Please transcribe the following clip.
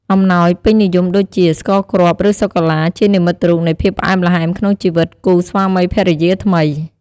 អំណោយពេញនិយមដូចជា ស្ករគ្រាប់ ឬសូកូឡា ជានិមិត្តរូបនៃភាពផ្អែមល្ហែមក្នុងជីវិតគូស្វាមីភរិយាថ្មី។